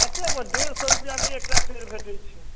कतेमे डेढ़ सए रुपआमे एकटा पेड़ भेटैत छै